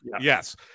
yes